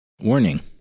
Warning